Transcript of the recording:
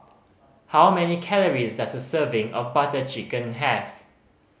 how many calories does a serving of Butter Chicken have